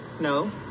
No